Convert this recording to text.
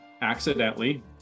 accidentally